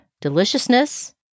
Deliciousness